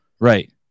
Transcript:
Right